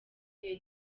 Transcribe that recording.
muri